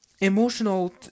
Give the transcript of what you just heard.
emotional